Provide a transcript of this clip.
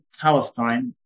Palestine